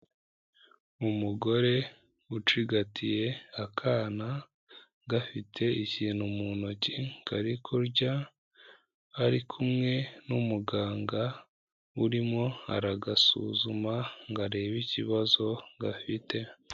Umugore ucigatiye akana gafite ikintu mu ntoki kari kurya, ari kumwe n'umuganga urimo aragasuzuma ngo arebe ikibazo gafite.